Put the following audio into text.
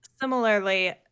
similarly